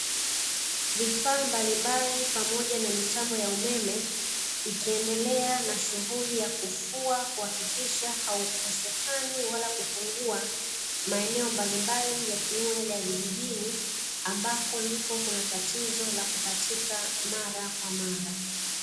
Vifaa mbalimbali pamoja na mitambo ya umeme, ikiendelea na shughuli ya kufua kuhakikisha haukosekani, wala kupungua maeneno mbalimbali yakiwemo yale ya vijijini ambapo ndipo kuna tatizo la kukatika mara kwa mara.